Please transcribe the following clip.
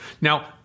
Now